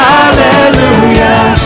Hallelujah